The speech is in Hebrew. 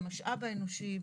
המשאב האנושי,